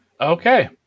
Okay